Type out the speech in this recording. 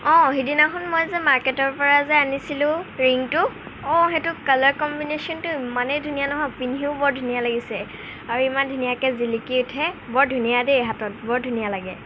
অঁ সিদিনাখন মই যে মাৰ্কেটৰপৰা যে আনিছিলোঁ ৰিংটো অঁ সেইটোৰ কালাৰ কম্বিনেচনটো ইমানেই ধুনীয়া নহয় পিন্ধিও বৰ ধুনীয়া লাগিছে আৰু ইমান ধুনীয়াকৈ জিলিকি উঠে বৰ ধুনীয়া দেই হাতত বৰ ধুনীয়া লাগে